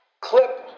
clip